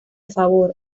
favor